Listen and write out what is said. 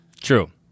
True